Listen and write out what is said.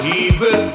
evil